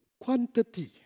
quantity